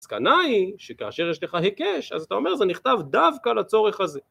המסקנה היא שכאשר יש לך הקש אז אתה אומר זה נכתב דווקא לצורך הזה